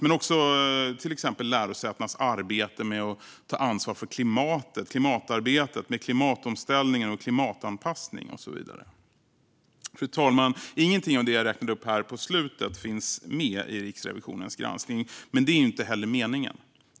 Det gäller också exempelvis lärosätenas arbete med att ta ansvar för klimatarbetet, med klimatomställningen och klimatanpassningen. Fru talman! Ingenting av det jag räknade upp i slutet finns med i Riksrevisionens granskning. Men det är inte heller meningen.